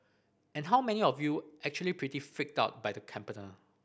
and how many of you actually pretty freaked out by the caterpillar